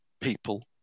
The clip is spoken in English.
people